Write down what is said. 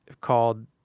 called